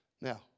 now